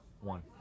One